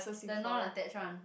the non attached one